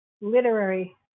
literary